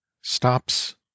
stops